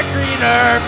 Greener